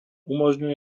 umožňuje